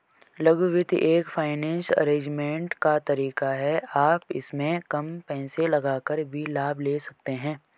लघु वित्त एक फाइनेंसियल अरेजमेंट का तरीका है आप इसमें कम पैसे लगाकर भी लाभ ले सकते हैं